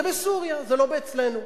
זה בסוריה ולא אצלנו.